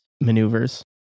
maneuvers